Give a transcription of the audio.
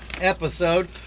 episode